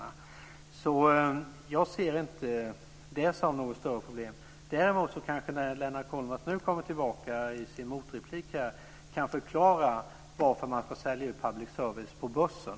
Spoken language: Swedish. Jag ser alltså inte detta som något större problem. Däremot kan kanske Lennart Kollmats när han kommer tillbaka i sin motreplik förklara varför man ska sälja ut public service på börsen.